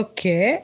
Okay